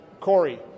Corey